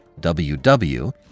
WW